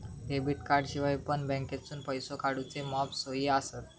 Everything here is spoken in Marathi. डेबिट कार्डाशिवाय पण बँकेतसून पैसो काढूचे मॉप सोयी आसत